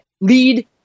lead